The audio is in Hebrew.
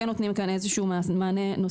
כן נותנים כאן איזשהו מענה נוסף.